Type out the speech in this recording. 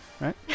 Right